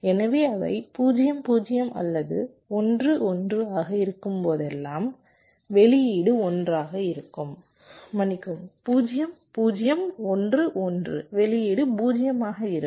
எனவே அவை 0 0 அல்லது 1 1 ஆக இருக்கும்போதெல்லாம் வெளியீடு 1 ஆக இருக்கும் மன்னிக்கவும் 0 0 1 1 வெளியீடு 0 ஆக இருக்கும்